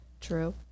True